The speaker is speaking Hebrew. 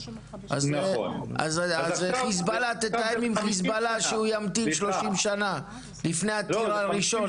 אז תתאם עם חיזבאללה שימתין 30 שנים לפני הטיל הראשון,